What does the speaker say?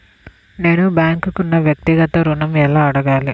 నేను బ్యాంక్ను వ్యక్తిగత ఋణం ఎలా అడగాలి?